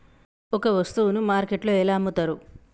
ఒక వస్తువును మార్కెట్లో ఎలా అమ్ముతరు?